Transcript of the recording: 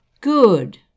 Good